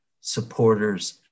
supporters